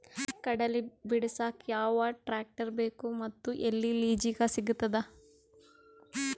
ಕಡಲಿ ಬಿಡಸಕ್ ಯಾವ ಟ್ರ್ಯಾಕ್ಟರ್ ಬೇಕು ಮತ್ತು ಎಲ್ಲಿ ಲಿಜೀಗ ಸಿಗತದ?